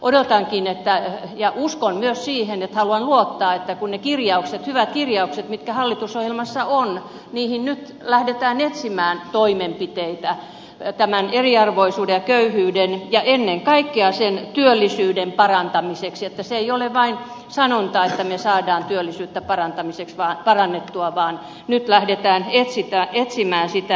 odotankin ja myös uskon ja haluan luottaa että kun ne hyvät kirjaukset ovat hallitusohjelmassa niihin nyt lähdetään etsimään toimenpiteitä tämän eriarvoisuuden ja köyhyyden ja ennen kaikkea työllisyyden parantamiseksi että se ei ole vain sanonta että me saamme työllisyyttä parannettua vaan nyt lähdetään etsimään sitä